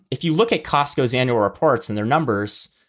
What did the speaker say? if you look at costco's annual reports and their numbers,